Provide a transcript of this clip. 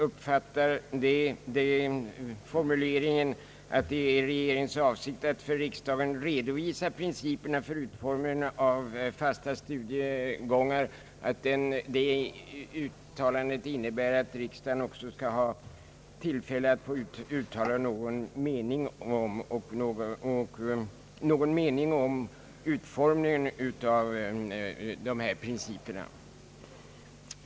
Uttalandet att det är regeringens avsikt att för riksdagen redovisa principerna för utformningen av fasta studiegångar uppfattar jag så, att riksdagen också skall ha tillfälle att uttala någon mening om utformningen av dessa principer.